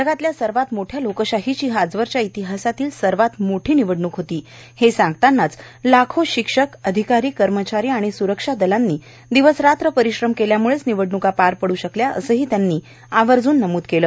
जगातल्या सर्वात मोठ्या लोकशाहीची ही आजवरच्या इतिहासातली सर्वात मोठी निवडणूक होती हे सांगतानाच लाखो शिक्षक अधिकारी कर्मचारी आणि स्रक्षा दलांनी दिवस रात्र परिश्रम केल्याम्ळेच निवडण्का पार पडू शकल्या असंही त्यांनी आवर्जून नमूद केलं